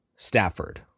Stafford